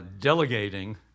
delegating